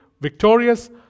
victorious